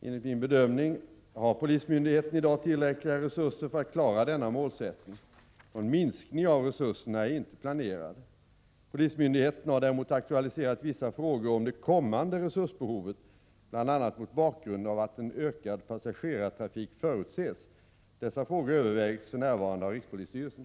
Enligt min bedömning har polismyndigheten i dag tillräckliga resurser för att klara denna målsättning. Någon minskning av resurserna är inte planerad. Polismyndigheten har däremot aktualiserat vissa frågor om det kommande resursbehovet, bl.a. mot bakgrund av att en ökad passagerartrafik förutses. Dessa frågor övervägs för närvarande av rikspolisstyrelsen.